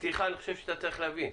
פתיחה שאני חושב שאתה צריך להבין.